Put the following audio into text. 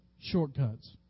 shortcuts